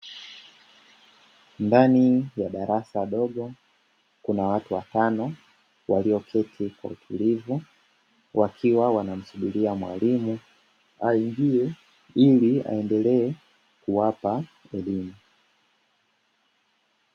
Ndani ya darasa dogo kuna watu watano walioketi kwa utulivu wakiwa wanamsubilia mwalimu aingie ili aendelee kuwapa elimu.